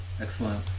Excellent